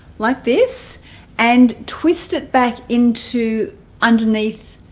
like this and twist it back into underneath